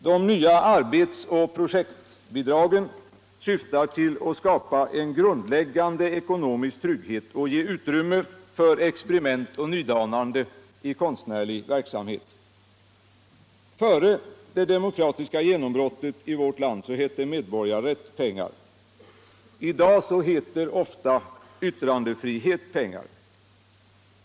De nya arbets och projektbidragen syftar till att skapa en grundläggande ekonomisk trygghet och ge utrymme för experiment och nydanande i konstnärlig verksamhet. Före det demokratiska genombrottet i vårt land hette medborgarrätt pengar. I dag heter ofta yttrandetrihet pengar.